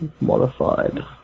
modified